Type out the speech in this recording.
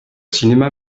cinéma